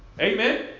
Amen